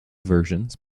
versions